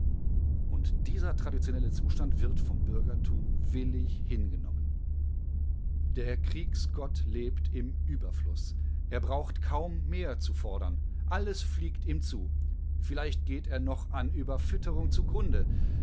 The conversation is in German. und dieser traditionelle zustand wird vom bürgertum willig hingenommen der kriegsgott lebt im überfluß er braucht kaum mehr zu fordern alles fliegt ihm zu vielleicht geht er noch an überfütterung zugrunde